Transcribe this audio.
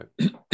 Right